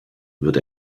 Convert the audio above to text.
wird